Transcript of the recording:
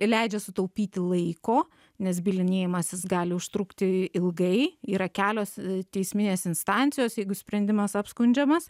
leidžia sutaupyti laiko nes bylinėjimasis gali užtrukti ilgai yra kelios teisminės instancijos jeigu sprendimas apskundžiamas